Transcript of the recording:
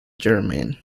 germain